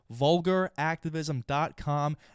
vulgaractivism.com